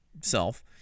self